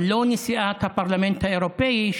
אבל לא נשיאת הפרלמנט האירופי,